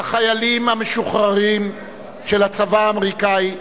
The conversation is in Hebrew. החיילים המשוחררים של הצבא האמריקני,